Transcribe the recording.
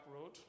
road